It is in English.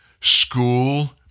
school